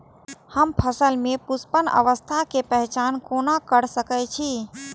हम फसल में पुष्पन अवस्था के पहचान कोना कर सके छी?